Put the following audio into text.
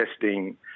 testing